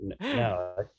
No